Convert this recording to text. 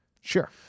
Sure